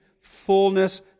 fullness